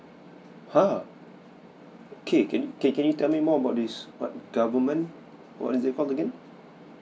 ha okay can you can you tell me more about this what government what is it called again